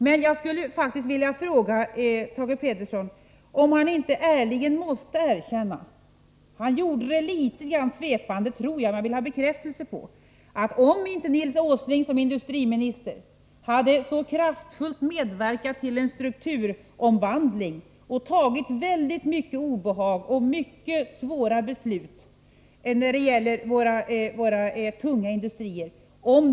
Men jag skulle faktiskt vilja fråga Thage Peterson om han inte ärligen måste erkänna — han gjorde det litet grand svepande, tyckte jag, men det vill jag ha bekräftelse på — att det nog inte hade varit så idylliskt i dag som han målar upp det, om inte Nils Åsling som industriminister hade mycket kraftfullt medverkat till en strukturomvandling och tagit mycket obehag och fattat många svåra beslut när det gäller våra tunga industrier.